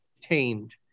tamed